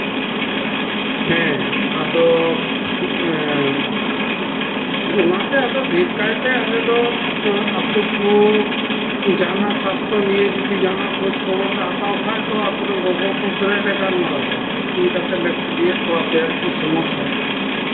ᱦᱮᱸ ᱟᱫᱚ ᱚᱱᱟᱛᱮ ᱟᱞᱮ ᱫᱚ ᱰᱷᱮᱨ ᱠᱟᱭᱛᱮ ᱟᱞᱮ ᱫᱚ ᱟᱹᱛᱩ ᱠᱚ ᱥᱟᱥᱛᱷᱚ ᱱᱤᱭᱮ ᱡᱟᱸᱦᱟᱱᱟᱜ ᱠᱷᱚᱡ ᱠᱷᱚᱵᱚᱨ ᱠᱚ ᱦᱟᱛᱟᱣ ᱠᱷᱟᱡ ᱴᱚᱞᱟ ᱠᱚᱨᱮᱱ ᱜᱚᱜᱚ ᱦᱚᱲ ᱥᱟᱞᱟᱜ ᱞᱮ ᱜᱟᱞᱢᱟᱨᱟᱣᱮᱫᱟ ᱢᱤᱴᱤᱝ ᱠᱟᱛᱮᱫ ᱞᱮ ᱠᱩᱞᱤᱭᱮᱜ ᱠᱚᱣᱟ ᱟᱯᱮᱭᱟᱜ ᱪᱮᱫ ᱥᱚᱢᱚᱥᱥᱟ